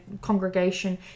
congregation